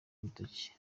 urutoki